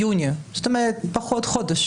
לפני חודש